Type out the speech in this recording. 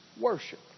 worship